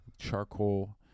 Charcoal